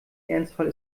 ernstfall